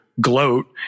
gloat